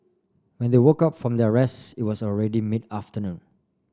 when they woke up from their rest it was already mid afternoon